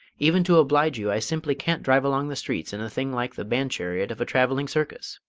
even to oblige you i simply can't drive along the streets in a thing like the band-chariot of a travelling circus.